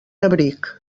abric